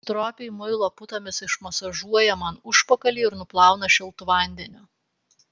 stropiai muilo putomis išmasažuoja man užpakalį ir nuplauna šiltu vandeniu